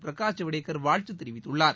பிரகாஷ் ஜவடேகர் வாழ்த்து தெரிவித்துள்ளார்